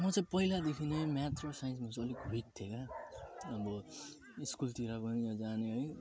अब म चाहिँ पैलादेखि नै म्याथ्स र साइन्समा चाहिँ अलिक विक थिएँ क्या अब स्कुलतिर पनि जाने हो